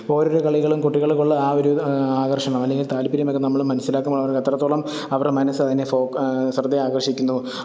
ഓരോരു കളികളും കുട്ടികൾക്കുള്ള ആ ഒരു ആകർഷണം അല്ലെങ്കിൽ താൽപര്യം ഒക്കെ നമ്മൾ മനസ്സിലാക്കുമ്പോഴാണ് അത് എത്രത്തോളം അവരുടെ മനസ്സ് അതിനെ ഫോക്കസ് ശ്രദ്ധ ആകർഷിക്കുന്നു